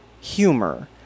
humor